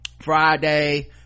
friday